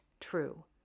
true